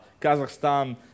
Kazakhstan